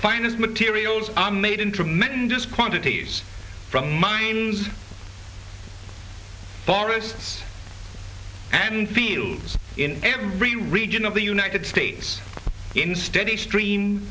finest materials are made in tremendous quantities from mines forests and fields in every region of the united states in steady stream